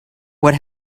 what